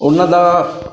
ਉਹਨਾਂ ਦਾ